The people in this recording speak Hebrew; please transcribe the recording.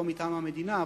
לא מטעם המדינה,